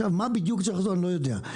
אני לא יודע.